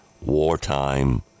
wartime